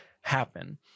happen